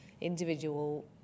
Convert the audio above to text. individual